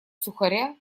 сухаря